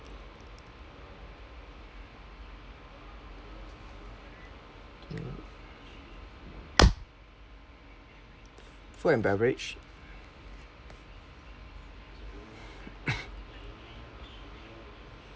ya food and beverage